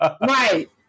Right